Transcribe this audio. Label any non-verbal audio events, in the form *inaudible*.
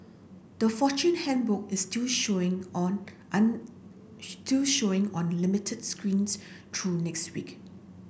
the Fortune Handbook is still showing on *unintelligible* still showing on limited screens through next week